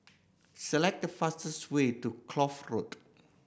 select the fastest way to Kloof Road